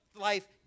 life